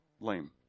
lame